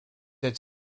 its